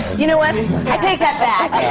you know what? i take that back.